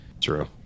True